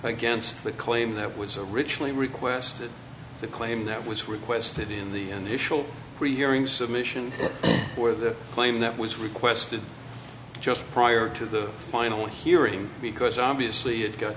against the claim that was originally requested the claim that was requested in the initial rehearing submission or the claim that was requested just prior to the final hearing because obviously it got